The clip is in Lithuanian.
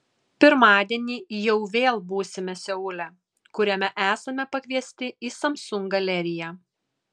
pirmadienį jau vėl būsime seule kuriame esame pakviesti į samsung galeriją